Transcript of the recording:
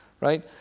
right